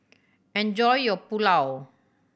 enjoy your Pulao